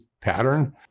pattern